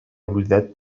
oblidat